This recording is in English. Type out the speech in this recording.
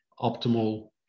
optimal